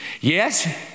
Yes